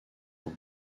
ans